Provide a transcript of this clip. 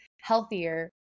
healthier